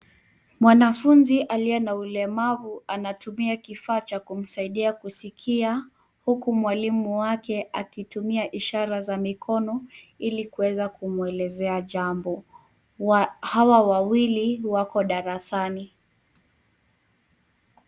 Mwanafunzi aliye na ulemavu anatumia kifaa cha kumsaidia kuskia huku mwalimu wake akitumia ishara za mikono ili kuweza kumwelezea jambo. Hawa wawili wako darasani.